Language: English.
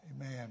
Amen